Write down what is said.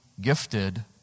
gifted